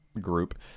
group